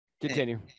Continue